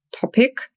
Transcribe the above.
topic